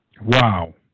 Wow